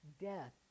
death